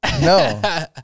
No